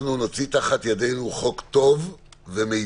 אנחנו נוציא מתחת ידנו חוק טוב ומטיב